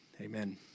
amen